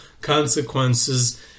consequences